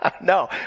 No